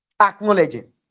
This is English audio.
Acknowledging